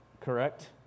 correct